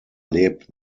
lebt